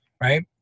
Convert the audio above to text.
right